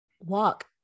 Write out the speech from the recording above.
walk